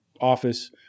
office